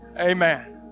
Amen